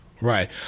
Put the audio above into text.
Right